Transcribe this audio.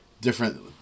different